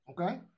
Okay